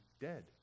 dead